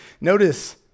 notice